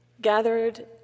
gathered